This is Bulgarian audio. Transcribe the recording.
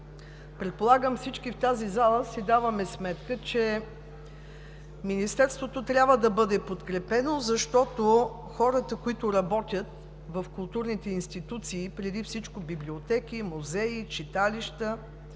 Предполагам, че всички в тази зала си даваме сметка, че Министерството трябва да бъде подкрепено, защото хората, които работят в културните институции, преди всичко в библиотеки, музеи, читалища,